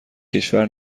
کشور